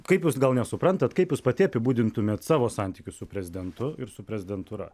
kaip jūs gal nesuprantae kaip jūs pati apibūdintumėt savo santykius su prezidentu ir su prezidentūra